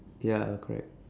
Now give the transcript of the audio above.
ya uh correct